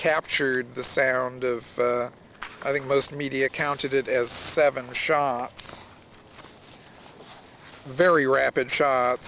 captured the sound of i think most media counted as seven shots very rapid sho